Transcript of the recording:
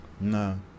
No